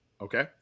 Okay